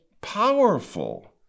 powerful